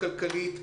כלכלית,